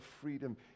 freedom